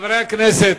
חברי הכנסת,